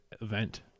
event